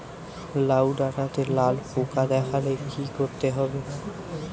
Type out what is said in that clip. লাউ ডাটাতে লাল পোকা দেখালে কি করতে হবে?